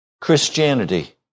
Christianity